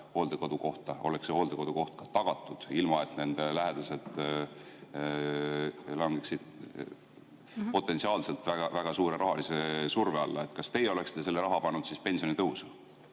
hooldekodukohta, oleks see koht ka tagatud, ilma et nende lähedased langeksid potentsiaalselt väga-väga suure rahalise surve alla? Kas teie oleksite selle raha pannud siis pensionitõusu?